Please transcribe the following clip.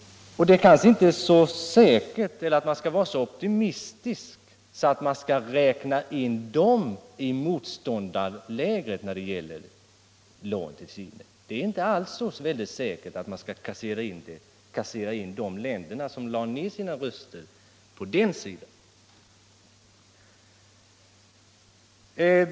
Man skall kanske inte vara så optimistisk att man skall räkna in de länderna, som lade ned sina röster, som deltagare i motståndet mot lån till Chile.